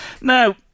Now